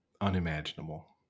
Unimaginable